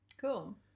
Cool